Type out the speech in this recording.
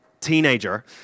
teenager